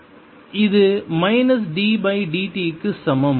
இது minus d by dt க்கு சமம்